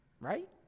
Right